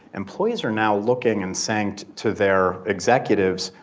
employees are now looking and saying to to their executives,